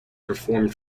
performed